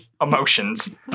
emotions